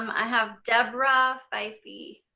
um i have deborah fyvie.